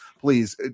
please